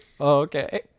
Okay